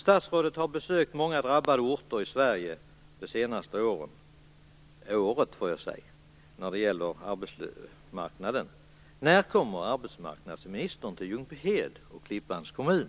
Statsrådet har besökt många drabbade orter i Sverige under det senaste året, när det gäller arbetsmarknaden. När kommer arbetsmarknadsministern till Ljungbyhed och Klippans kommun?